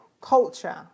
culture